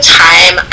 time